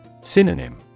Synonym